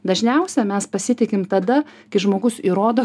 dažniausiai mes pasitikim tada kai žmogus įrodo